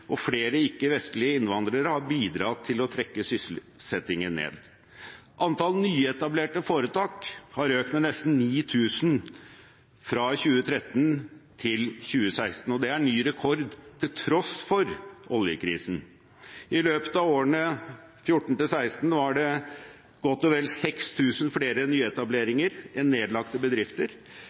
og flere ikke-vestlige innvandrere har bidratt til å trekke sysselsettingen ned. Antall nyetablerte foretak har økt med nesten 9 000 fra 2013 til 2016, og det er ny rekord til tross for oljekrisen. I løpet av årene 2014–2016 var det godt og vel 6 000 flere nyetableringer enn nedlagte bedrifter,